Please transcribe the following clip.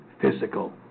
physical